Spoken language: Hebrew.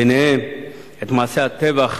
ביניהן את מעשי הטבח